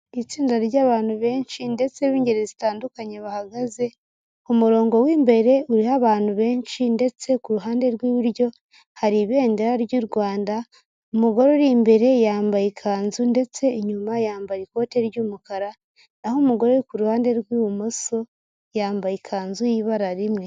Itsinda ry'abantu benshi ndetse b'ingeri zitandukanye bahagaze, umurongo w'imbere uriho abantu benshi ndetse ku ruhande rw'iburyo hari ibendera ry'u Rwanda, umugore uri imbere yambaye ikanzu ndetse inyuma yambaye ikote ry'umukara, naho umugore uri ku ruhande rw'ibumoso yambaye ikanzu y'ibara rimwe.